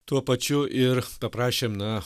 tuo pačiu ir paprašėm na